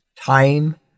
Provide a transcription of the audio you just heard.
time